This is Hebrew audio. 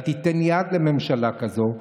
אל תיתן יד לממשלה כזו.